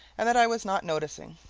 and that i was not noticing.